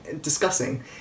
discussing